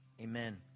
amen